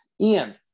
Ian